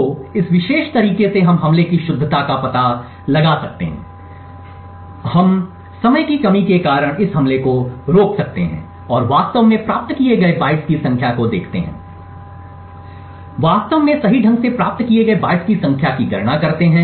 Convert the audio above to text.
तो इस विशेष तरीके से हम हमले की शुद्धता का पता लगा सकते हैं इसलिए हम समय की कमी के कारण इस हमले को रोक सकते हैं और वास्तव में प्राप्त किए गए बाइट्स की संख्या को देखते हैं और वास्तव में सही ढंग से प्राप्त किए गए बाइट्स की संख्या की गणना करते हैं